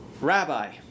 Rabbi